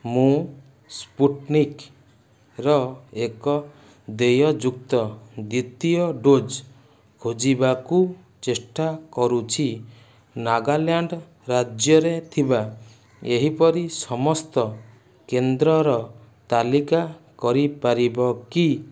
ମୁଁ ସ୍ପୁଟନିକ୍ର ଏକ ଦେୟଯୁକ୍ତ ଦ୍ୱିତୀୟ ଡୋଜ୍ ଖୋଜିବାକୁ ଚେଷ୍ଟା କରୁଛି ନାଗାଲାଣ୍ଡ୍ ରାଜ୍ୟରେ ଥିବା ଏହିପରି ସମସ୍ତ କେନ୍ଦ୍ରର ତାଲିକା କରିପାରିବ କି